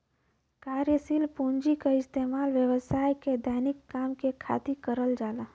कार्यशील पूँजी क इस्तेमाल व्यवसाय के दैनिक काम के खातिर करल जाला